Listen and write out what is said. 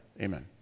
amen